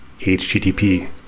HTTP